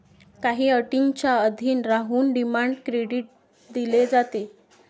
काही अटींच्या अधीन राहून डिमांड क्रेडिट दिले जाते